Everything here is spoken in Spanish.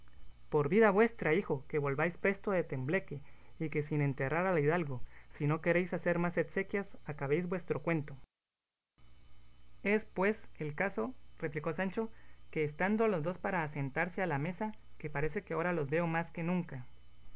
por vida vuestra hijo que volváis presto de tembleque y que sin enterrar al hidalgo si no queréis hacer más exequias acabéis vuestro cuento es pues el caso replicó sancho que estando los dos para asentarse a la mesa que parece que ahora los veo más que nunca